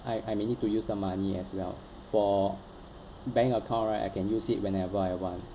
I I may need to use the money as well for bank account right I can use it whenever I want